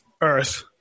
Earth